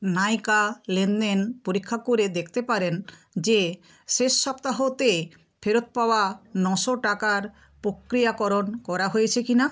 নাইকা লেনদেন পরীক্ষা করে দেখতে পারেন যে শেষ সপ্তাহতে ফেরত পাওয়া নশো টাকার প্রক্রিয়াকরণ করা হয়েছে কিনা